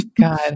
God